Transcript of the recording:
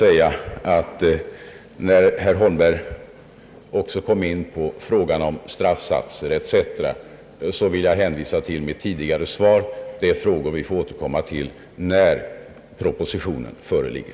Eftersom herr Holmberg också kom in på frågan om straffsatser, vill jag hänvisa till mitt tidigare svar. Det är frågor vi får återkomma till när Ppropositionen föreligger.